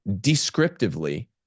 descriptively